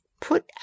Put